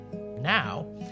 Now